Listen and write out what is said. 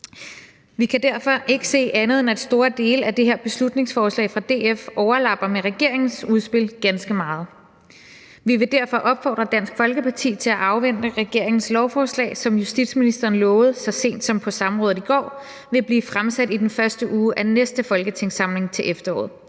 Vi kan derfor ikke se andet end, at store dele af det her beslutningsforslag fra DF overlapper regeringens udspil ganske meget. Vi vil derfor opfordre Dansk Folkeparti til at afvente regeringens lovforslag, som justitsministeren lovede så sent som på samrådet i går vil blive fremsat i den første uge af næste folketingssamling til efteråret.